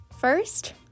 First